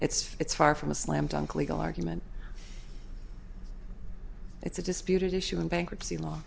it's it's far from a slam dunk legal argument it's a disputed issue in bankruptcy law